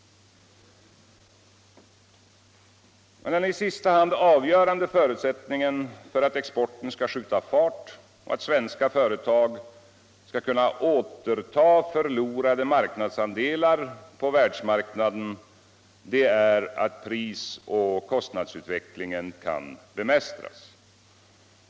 Den i sista hand avgörande förutsättningen för att exporten skall skjuta fart och svenska företag kunna återta förlorade marknadsandelar på världsmarknaden är att prisoch kostnadsutvecklingen kan bemästras.